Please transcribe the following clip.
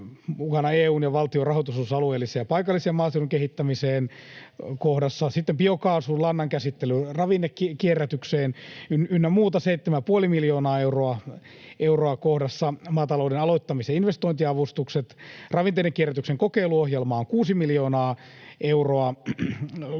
mukana ”EU:n ja valtion rahoitusosuus alueelliseen ja paikalliseen maaseudun kehittämiseen” ‑kohdassa, sitten biokaasu, lannankäsittely, ravinnekierrätys ynnä muuta 7,5 miljoonaa euroa kohdassa ”Maatalouden aloittamis‑ ja investointiavustukset”, ravinteiden kierrätyksen kokeiluohjelma on 6 miljoonaa euroa